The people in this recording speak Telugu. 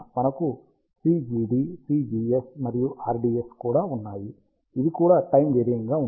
మనకు Cgd Cgs మరియు Rds కూడా ఉన్నాయి ఇవి కూడా టైం వేరియింగ్ గా ఉంటాయి